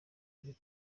iri